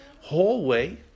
hallway